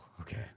Okay